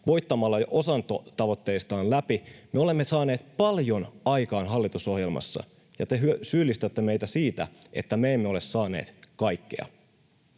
saadakseen osan tavoitteistaan läpi. Me olemme saaneet paljon aikaan hallitusohjelmassa, ja te syyllistätte meitä siitä, että me emme ole saaneet kaikkea.